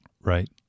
Right